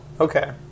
Okay